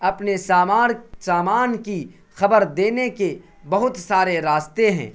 اپنے سامار سامان کی خبر دینے کے بہت سارے راستے ہیں